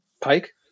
pike